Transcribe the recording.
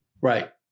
Right